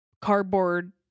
cardboard